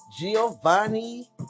Giovanni